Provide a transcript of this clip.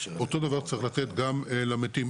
אותו דבר צריך לתת גם למתים,